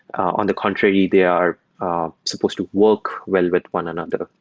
on the contrary, they are supposed to work well but one another.